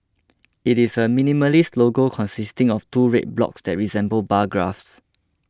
it is a minimalist logo consisting of two red blocks that resemble bar graphs